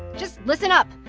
just listen up.